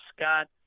Scott